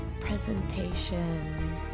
Presentation